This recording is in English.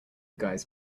guys